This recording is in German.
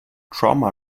trauma